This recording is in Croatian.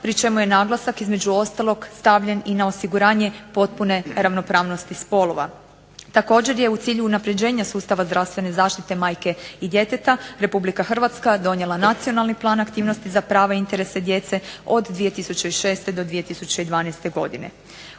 pri čemu je naglasak između ostalog stavljen i na osiguranje potpune ravnopravnosti spolova. Također je u cilju unapređenja sustava zdravstvene zaštite majke i djeteta Republika Hrvatska donijela Nacionalni plan aktivnosti za prava i interesa djece od 2006. do 2012. godine.